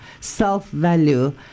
self-value